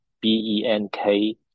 b-e-n-k